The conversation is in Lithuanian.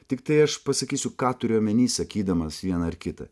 tiktai aš pasakysiu ką turiu omeny sakydamas vieną ar kitą